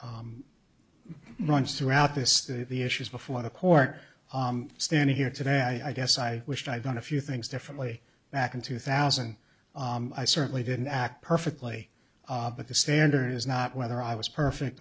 runs throughout this the issues before the court i stand here today i guess i wished i'd done a few things differently back in two thousand i certainly didn't act perfectly but the standard is not whether i was perfect